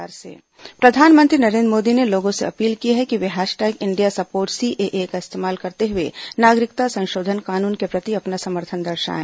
प्रधानमंत्री CAA appeal प्रधानमंत्री नरेन्द्र मोदी ने लोगों से अपील की है कि वे हैशटैग इंडिया सपोर्ट्स सीएए का इस्तेमाल करते हुए नागरिकता संशोधन कानून के प्रति अपना समर्थन दर्शाएं